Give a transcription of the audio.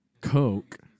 Coke